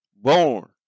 born